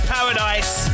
Paradise